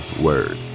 Word